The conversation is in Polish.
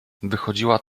wychodziła